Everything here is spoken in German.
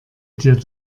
dir